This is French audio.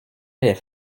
allait